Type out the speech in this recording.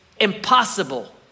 impossible